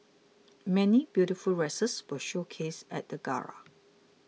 many beautiful dresses were showcased at the gala